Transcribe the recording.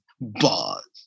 Buzz